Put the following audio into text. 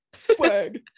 swag